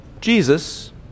Jesus